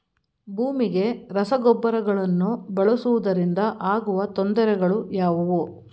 ಭೂಮಿಗೆ ರಸಗೊಬ್ಬರಗಳನ್ನು ಬಳಸುವುದರಿಂದ ಆಗುವ ತೊಂದರೆಗಳು ಯಾವುವು?